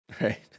right